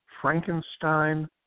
Frankenstein